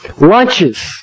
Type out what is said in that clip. lunches